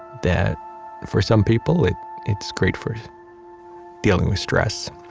that for some people it's great for dealing with stress.